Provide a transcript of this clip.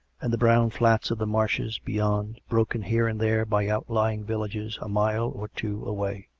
and the brown flats of the marshes beyond, broken here and there by outlying villages a mile or two away.